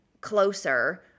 closer